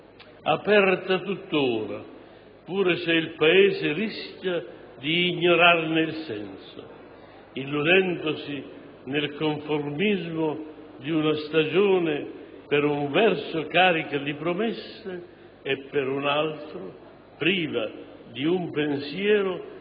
aperta tuttora, pur se il Paese rischia di ignorarne il senso, illudendosi nel conformismo di una stagione per un verso carica di promesse e per un altro priva di un pensiero che